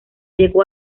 llegó